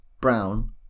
brown